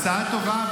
הצעה טובה,